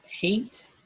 hate